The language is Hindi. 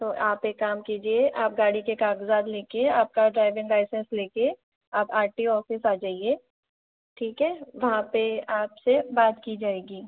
तो आप एक काम कीजिए आप गाड़ी के कागजात लेकर आपका ड्राइविंग लाइसेंस लेकरआप आर टी ओ ऑफिस आ जाए ठीक है वहां पर आपसे बात की जाएगी